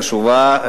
חשובה,